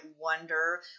wonder